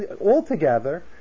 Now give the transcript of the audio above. Altogether